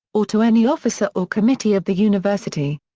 or to any officer or committee of the university.